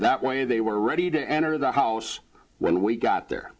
that way they were ready to enter the house when we got there